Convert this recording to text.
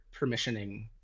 permissioning